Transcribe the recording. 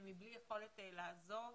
מבלי יכולת לעזוב,